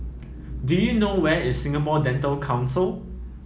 do you know where is Singapore Dental Council